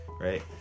right